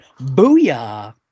Booyah